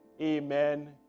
Amen